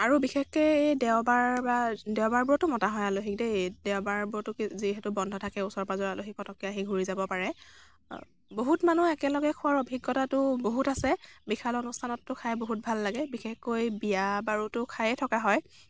আৰু বিশেষকৈ এই দেওবাৰ বা দেওবাৰবোৰতো মতা হয় আলহীক দেই দেওবাৰবোৰতো যিহেতু বন্ধ থাকে ওচৰ পাজৰৰ আলহী পটককৈ আহি ঘূৰি যাব পাৰে বহুত মানুহ একেলগে খোৱাৰ অভিজ্ঞতাটো বহুত আছে বিশাল অনুষ্ঠানতটো খাই বহুত ভাল লাগে বিশেষকৈ বিয়া বাৰুতো খায়েই থকা হয়